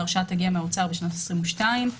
ההרשאה תגיע מן האוצר בשנת 2022 והמזומן